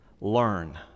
learn